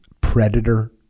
predator